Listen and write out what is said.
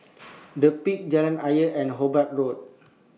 The Peak Jalan Ayer and Hobart Road